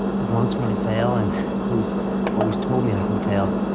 who wants me to fail and who's always told me i can fail,